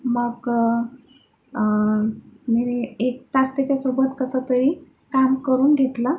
मग मी एक तास त्याच्यासोबत कसंतरी काम करून घेतलं